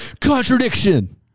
Contradiction